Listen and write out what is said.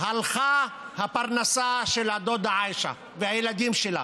הלכה הפרנסה של הדודה עיישה והילדים שלה.